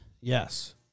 Yes